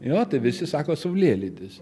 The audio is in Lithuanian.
jo visi sako saulėlydis